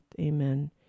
Amen